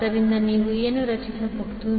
ಆದ್ದರಿಂದ ನೀವು ಏನು ರಚಿಸಬಹುದು